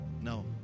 no